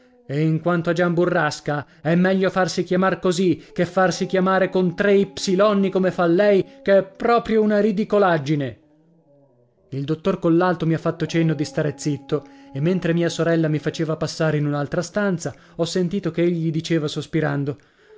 e in quanto a gian burrasca è meglio farsi chiamar così che farsi chiamare con tre ipsilonni come fa lei che è proprio una ridicolaggine il dottor collalto mi ha fatto cenno di stare zitto e mentre mia sorella mi faceva passare in un'altra stanza ho sentito che egli diceva sospirando